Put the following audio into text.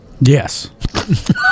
Yes